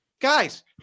Guys